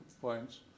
points